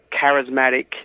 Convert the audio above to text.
charismatic